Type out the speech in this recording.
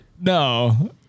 No